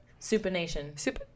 Supination